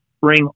bring